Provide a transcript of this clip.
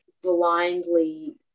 blindly